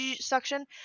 suction